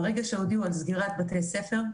ברגע שהודיעו על סגירת בתי ספר,